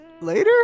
later